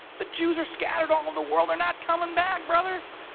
the jews are scattered all over the world. they're not coming back, brother.